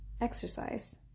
Exercise